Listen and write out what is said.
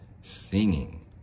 singing